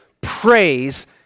praise